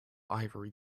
ivory